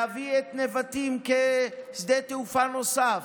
להביא את נבטים כשדה תעופה נוסף,